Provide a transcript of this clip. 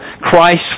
Christ